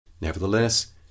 Nevertheless